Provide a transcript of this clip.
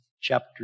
chapter